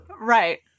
Right